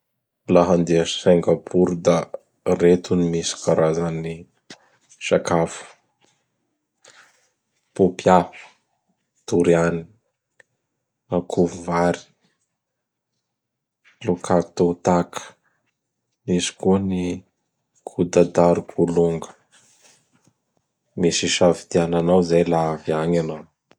Laha handeha Singapour da reto n misy karazan'ny sakafo: Pôpia, Dôriany, gn'akoho vary, Lokatôtak; misy koa ny kotatarkolong. Misy isafidiananao zay laha avy agny anao.